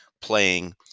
playing